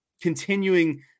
continuing